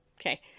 Okay